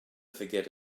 forget